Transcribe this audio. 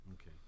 Okay